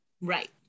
Right